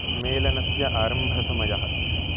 मेलनस्य आरम्भसमयः